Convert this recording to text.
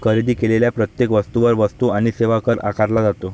खरेदी केलेल्या प्रत्येक वस्तूवर वस्तू आणि सेवा कर आकारला जातो